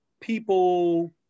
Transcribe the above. people